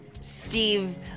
Steve